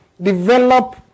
develop